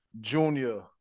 junior